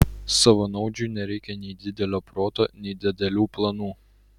savanaudžiui nereikia nei didelio proto nei didelių planų